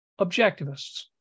objectivists